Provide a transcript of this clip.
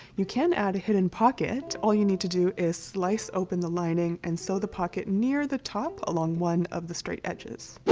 you can add a hidden pocket all you need to do is slice open the lining and sew the pocket near the top along one of the straight edges